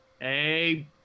hey